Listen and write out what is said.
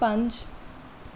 ਪੰਜ